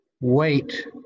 wait